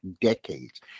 decades